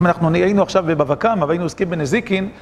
אנחנו היינו עכשיו בבקם, אבל היינו עוסקים בנזיקין.